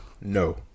No